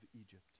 Egypt